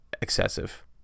excessive